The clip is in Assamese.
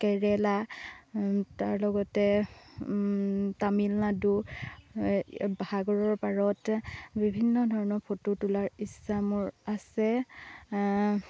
কেৰেলা তাৰ লগতে তামিলনাডু সাগৰৰ পাৰত বিভিন্ন ধৰণৰ ফটো তোলাৰ ইচ্ছা মোৰ আছে